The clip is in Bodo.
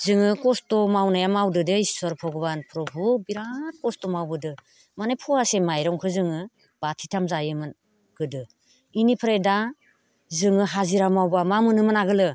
जोङो खस्थ' मावनाया मावदो दे इस्वर भगबान प्रभु बिराद खस्थ' मावबोदों माने फवासे माइरंखौ जोङो बाथिथाम जायोमोन गोदो बेनिफ्राय दा जोङो हाजिरा मावबा मा मोनोमोन आगोलो